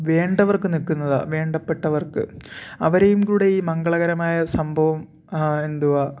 വേണ്ടവർക്ക് നിൽക്കുന്നത് വേണ്ടപ്പെട്ടവർക്ക് അവരെയും കൂടെ ഈ മംഗളകരമായ സംഭവം എന്തുവാ